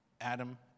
Adam